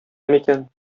микән